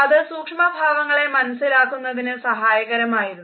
അത് സൂക്ഷ്മഭാവങ്ങളെ മനസിലാക്കുന്നതിന് സഹായകരമായിരുന്നു